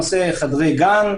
חדרי גן,